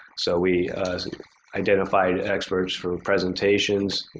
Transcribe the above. so we identified experts for presentations.